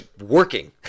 working